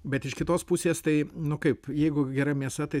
bet iš kitos pusės tai nu kaip jeigu gera mėsa tai